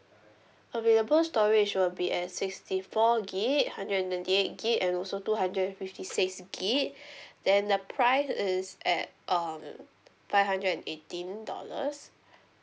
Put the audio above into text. available storage will be at sixty four gig hundred and twenty eight gig and also two hundred and fifty six gig then the price is at um five hundred and eighteen dollars